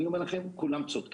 אני אומר לכם: כולם צודקים.